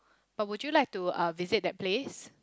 but would you like to uh visit that place